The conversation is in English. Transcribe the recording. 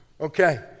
Okay